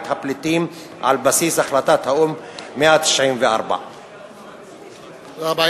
הפליטים על בסיס החלטת האו"ם 194. תודה רבה.